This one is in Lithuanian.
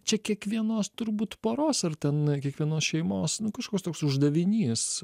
čia kiekvienos turbūt poros ar ten kiekvienos šeimos nu kažkoks toks uždavinys